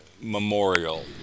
memorial